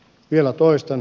vielä toistan